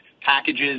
packages